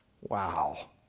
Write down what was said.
Wow